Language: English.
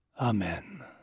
Amen